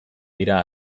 dira